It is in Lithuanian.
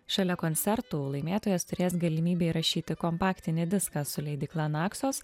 šalia koncertų laimėtojas turės galimybę įrašyti kompaktinį diską su leidykla naksos